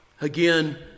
Again